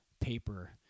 paper